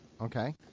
Okay